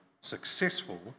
successful